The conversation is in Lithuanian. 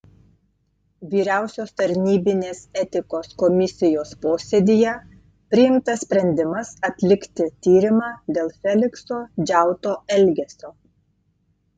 vyriausios tarnybinės etikos komisijos posėdyje priimtas sprendimas atlikti tyrimą dėl felikso džiauto elgesio